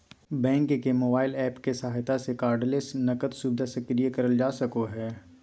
bank के mobile app के सहायता से कार्डलेस नकद सुविधा सक्रिय करल जा सको हय